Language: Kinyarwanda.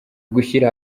gushyira